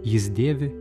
jis dėvi